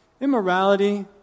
Immorality